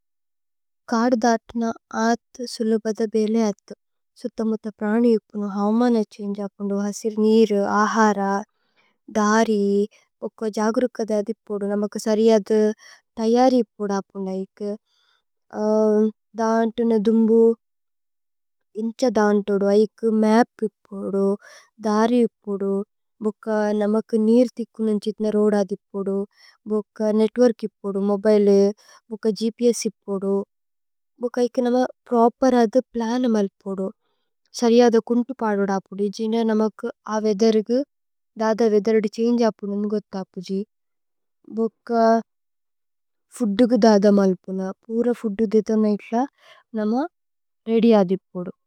കാദ് ദാത്ന ആഥ് സുലുപധ ബേഇലേ ആഥ്, സുത മുഥ। പ്രാനി ഇപ്പുനു ഹൌമനഛന്ഗേ അപ്പുനു ഹസിര് നീരു। ആഹര ദാരി ബുക ജഗ്രുകധ അഥ് ഇപ്പുനു നമകു। സരിഅഥു ഥൈയരി ഇപ്പുനു അപ്പുനു ഐക്കു। ദാന്തുന ദുമ്ബു ഇന്ഛ ദാന്തുദു ഐക്കു മപ് ഇപ്പുനു ബുക। ദാരി ഇപ്പുനു ബുക നമകു നീര് ഥിക്കു നുന്ഛിഥ്ന। രൂദ് ആഥ് ഇപ്പുനു ബുക നേത്വോര്ക് ഇപ്പുനു മോബിലേ ബുക। ഗ്പ്സ് ഇപ്പുനു ബുക ഐക്കു നമ പ്രോപേര് ആഥ് പ്ലനു। മല്പുനു സരിഅഥു കുന്തു പാഝുദ അപ്പുനു ജീനേ। നമകു അ വേഅഥേരു ഗു ദദ വേഅഥേരു ദി ഛന്ഗേ। അപ്പുനു ഇന്ന്ഗോഥ അപ്പുജി ബുക ഫൂദു ഗു ദദ മല്പുന। പൂര ഫൂദു ദിഥോ ന ഇത്ല, നമ രേഅദ്യ് ആഥ് ഇപ്പുനു।